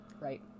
Right